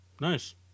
Nice